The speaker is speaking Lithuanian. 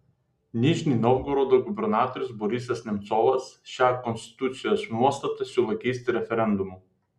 nižnij novgorodo gubernatorius borisas nemcovas šią konstitucijos nuostatą siūlo keisti referendumu